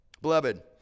Beloved